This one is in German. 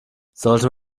sollte